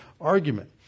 argument